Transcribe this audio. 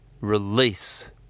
release